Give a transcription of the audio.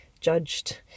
judged